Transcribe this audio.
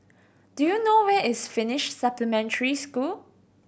do you know where is Finnish Supplementary School